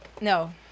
No